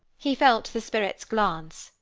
he felt the spirit's glance,